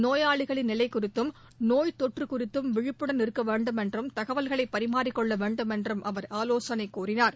நோயாளிகளின் நிலை குறித்தும் நோய்த் தொற்று குறித்தும் விழிப்புடன் இருக்க வேண்டுமென்றும் தகவல்களை பரிமாறிக் கொள்ள வேண்டுமென்றும் அவர் ஆலோசனை கூறினார்